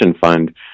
fund